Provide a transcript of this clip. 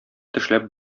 тешләп